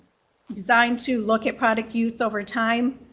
designed to look at product use over time,